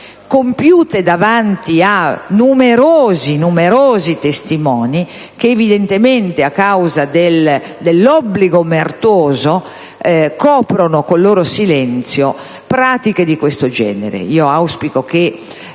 compiute davanti a numerosi testimoni, che evidentemente, a causa dell'obbligo omertoso, coprono con il loro silenzio pratiche di questo genere. Auspico che